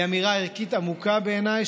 היא אמירה ערכית עמוקה בעיניי,